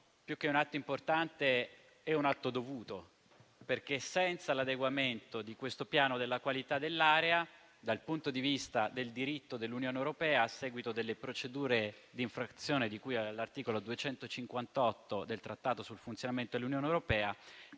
più che un atto importante è un atto dovuto, perché senza l'adeguamento di questo piano della qualità dell'aria, dal punto di vista del diritto dell'Unione europea, a seguito delle procedure di infrazione di cui all'articolo 258 del Trattato sul funzionamento dell'Unione europea,